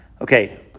Okay